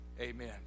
Amen